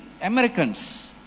Americans